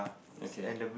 okay